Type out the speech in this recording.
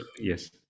Yes